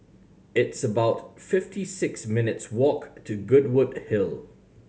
it's about fifty six minutes' walk to Goodwood Hill